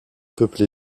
peuplé